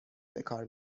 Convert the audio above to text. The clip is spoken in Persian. بکار